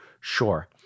sure